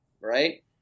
right